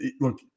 Look